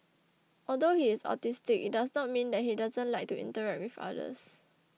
although he is autistic it does not mean that he doesn't like to interact with others